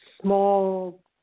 small